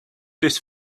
this